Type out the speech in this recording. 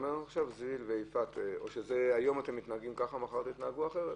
או שהיום אתם מתנהגים ככה ומחר תתנהגו אחרת?